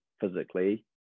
physically